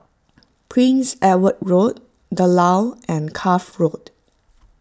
Prince Edward Road the Lawn and Cuff Road